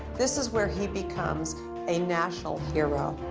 this is where he becomes a national hero.